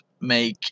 make